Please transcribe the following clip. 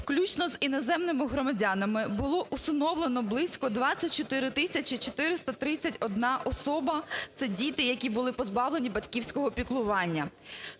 включно іноземними громадянами було усиновлено близько 24 тисячі 431 особа - це діти які були позбавлені батьківського піклування.